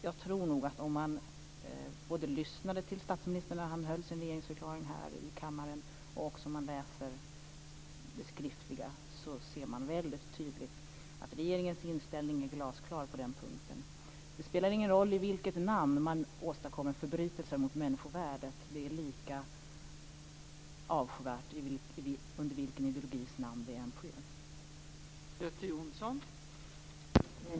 Jag tror nog att om man lyssnade till statsministern när han höll sin regeringsförklaring här i kammaren och om man läst den skriftliga versionen ser man mycket tydligt att regeringens inställning är glasklar på den punkten. Det spelar ingen roll i vilket namn man åstadkommer förbrytelser mot människovärdet. Det är lika avskyvärt under vilken ideologis namn det än sker.